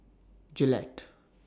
Gillette